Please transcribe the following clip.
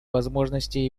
возможности